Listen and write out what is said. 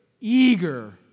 eager